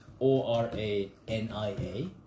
O-R-A-N-I-A